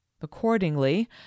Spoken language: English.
accordingly